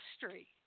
history